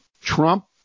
Trump